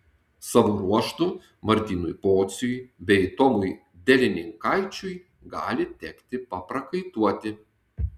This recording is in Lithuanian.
savo ruožtu martynui pociui bei tomui delininkaičiui gali tekti paprakaituoti